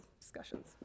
discussions